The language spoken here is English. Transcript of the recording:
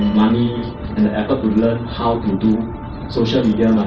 money and effort to learn how to do social media